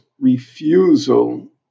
refusal